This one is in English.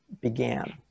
began